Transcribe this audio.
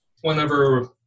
whenever